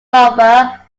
lover